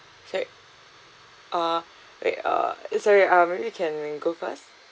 sorry uh wait uh eh sorry uh maybe you can go first